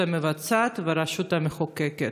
הרשות המבצעת והרשות המחוקקת.